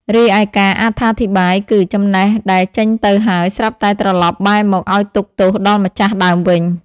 រីឯការអត្ថាធិប្បាយគឺ ចំណេះដែលចេញទៅហើយ ស្រាប់តែត្រលប់បែរមកឲ្យទុក្ខទោសដល់ម្ចាស់ដើមវិញ ។